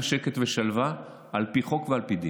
שקט ושלווה על פי חוק ועל פי דין.